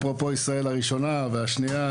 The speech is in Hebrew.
אפרופו ישראל הראשונה והשנייה,